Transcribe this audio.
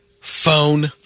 phone